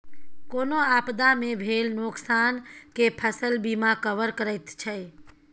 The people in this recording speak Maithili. कोनो आपदा मे भेल नोकसान केँ फसल बीमा कवर करैत छै